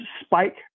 spike